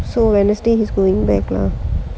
so wednesday he's going back lah